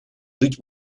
жить